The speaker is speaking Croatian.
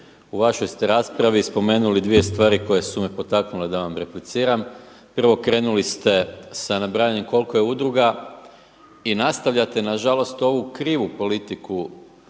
u vašoj ste raspravi spomenuli dvije stvari koje su me potaknule da vam repliciram. Prvo, krenuli ste sa nabrajanjem koliko je udruga i nastavljate nažalost ovu krivu politiku